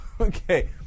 Okay